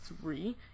three